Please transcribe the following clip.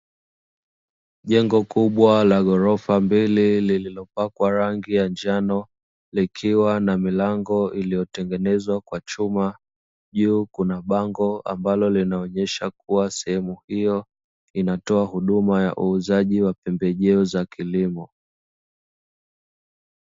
Jengo kubwa la ghorofa mbili lililopakwa rangi ya njano, likiwa na milango iliyotengenezwa kwa chuma. Juu kuna bango ambalo linaonyesha kuwa sehemu hiyo inatoa huduma ya uuzaji wa pembejeo za kilimo.